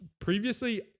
previously